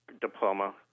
diploma